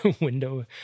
window